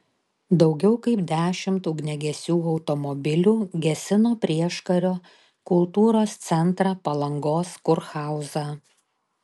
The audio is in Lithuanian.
daugiau kaip dešimt ugniagesių automobilių gesino prieškario kultūros centrą palangos kurhauzą